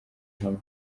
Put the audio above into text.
hamwe